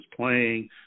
playing